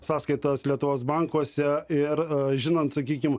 sąskaitas lietuvos bankuose ir žinant sakykim